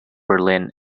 berlin